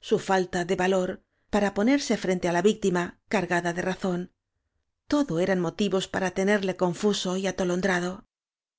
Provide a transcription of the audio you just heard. su falta de valor para ponerse frente á la víctima cargada de razón todo eran mo tivos para tenerle confuso y atolondrado